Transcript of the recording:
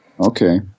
Okay